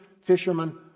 fishermen